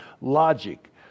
logic